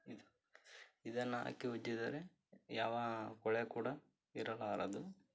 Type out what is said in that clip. ಇದನ್ನು ಹಾಕಿ ಉಜ್ಜಿದರೆ ಯಾವ ಕೊಳೆ ಕೂಡ ಇರಲಾರದು